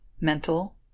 mental